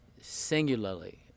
singularly